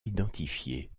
identifié